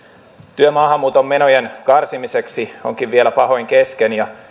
työ maahanmuuton menojen karsimiseksi onkin vielä pahoin kesken ja